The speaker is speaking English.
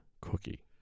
cookie